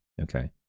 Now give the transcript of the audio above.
okay